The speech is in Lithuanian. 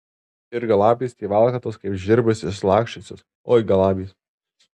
ir galabys tie valkatos kaip žvirblius išsilaksčiusius oi galabys